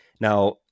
Now